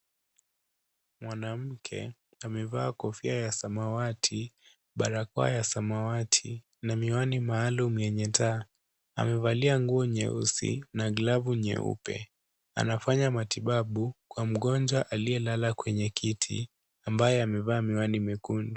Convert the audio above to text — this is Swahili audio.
Mwanamke amevaa kofia ya samawati, barakoa ya samawati na miwani maalum yenye taa amevalia nguo nyeusi na glavu nyeupe. Anafanya matibabu kwa mgonjwa aliyelala kwenye kiti ambaye amevaa miwani mwekundu.